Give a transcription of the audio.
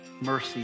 mercy